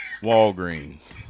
Walgreens